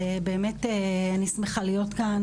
אני באמת שמחה להית כאן,